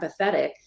empathetic